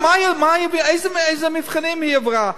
איזה מבחנים היא עברה?